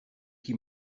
qui